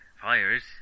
Fires